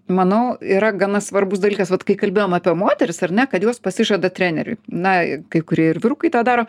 manau yra gana svarbus dalykas vat kai kalbėjom apie moteris ar ne kad jos pasižada treneriui na kai kurie ir vyrukai tą daro